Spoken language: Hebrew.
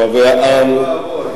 אוי ואבוי,